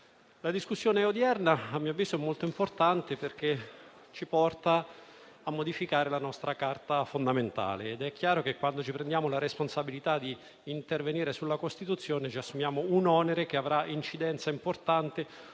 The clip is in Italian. la discussione odierna è a mio avviso molto importante perché ci porta a modificare la nostra Carta fondamentale. È chiaro che quando ci prendiamo la responsabilità di intervenire sulla Costituzione ci assumiamo un onere che avrà un'incidenza importante